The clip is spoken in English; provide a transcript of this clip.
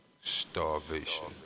starvation